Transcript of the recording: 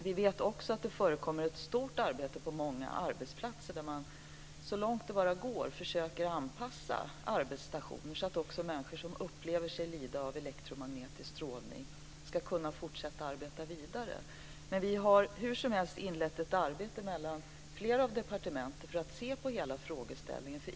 Vi vet också att det förekommer ett stort arbete på många arbetsplatser där man så långt det bara går försöker anpassa arbetsstationer så att också människor som upplever sig lida av elektromagnetisk strålning ska kunna fortsätta att arbeta vidare. Vi har hur som helst inlett ett arbete mellan flera departement för att se på hela frågeställningen.